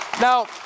Now